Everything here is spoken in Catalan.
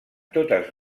totes